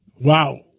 Wow